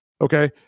Okay